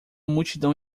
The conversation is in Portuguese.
multidão